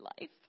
life